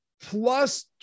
Plus